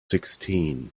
sixteen